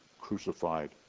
crucified